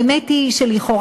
האמת היא שלכאורה,